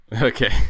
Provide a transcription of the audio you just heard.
okay